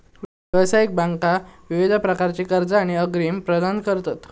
व्यावसायिक बँका विविध प्रकारची कर्जा आणि अग्रिम प्रदान करतत